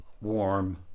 warm